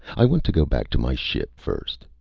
i want to go back to my ship first.